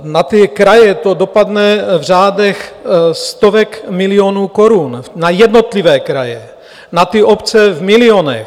Na ty kraje to dopadne v řádech stovek milionů korun, na jednotlivé kraje, na obce v milionech.